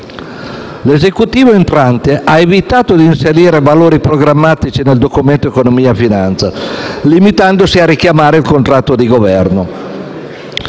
L'Esecutivo entrante ha evitato di inserire valori programmatici nel Documento di economia e finanza, limitandosi a richiamare il contratto di Governo,